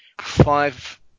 five